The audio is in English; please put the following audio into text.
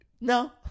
No